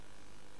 נפאע.